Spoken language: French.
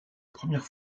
première